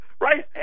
right